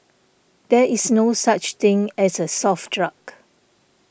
there is no such thing as a soft drug